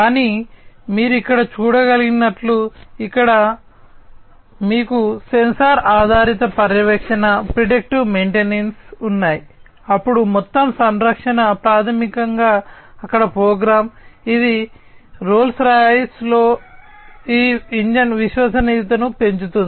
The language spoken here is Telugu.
కానీ మీరు ఇక్కడ చూడగలిగినట్లు ఇక్కడ మీకు సెన్సార్ ఆధారిత పర్యవేక్షణ ప్రిడిక్టివ్ మెయింటెనెన్స్ ఉన్నాయి అప్పుడు మొత్తం సంరక్షణ ప్రాథమికంగా అక్కడ ప్రోగ్రామ్ ఇది రోల్స్ రాయిస్లో ఈ ఇంజిన్ విశ్వసనీయతను పెంచుతుంది